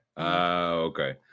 okay